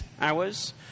hours